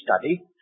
study